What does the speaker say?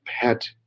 pet